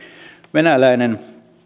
venäläinen